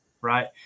right